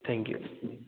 thank you